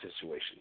situation